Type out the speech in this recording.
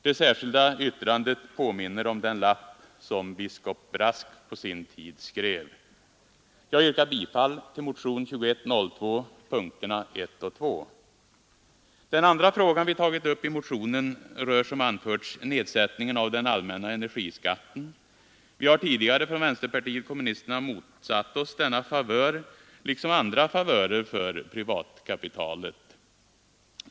Det särskilda yttrandet påminner om den lapp som biskop Brask på sin tid skrev. Den andra fråga vi tagit upp i motionen rör, som anförts, nedsättningen av den allmänna energiskatten. Vi har tidigare från vänsterpartiet kommunisterna motsatt oss denna favör liksom andra favörer för privatkapitalet.